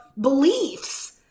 beliefs